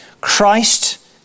Christ